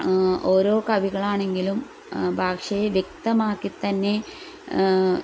ഓരോ കവികളാണെങ്കിലും ഭാഷയെ വ്യക്തമാക്കിത്തന്നെ